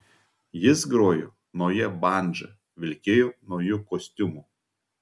jis grojo nauja bandža vilkėjo nauju kostiumu